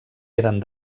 eren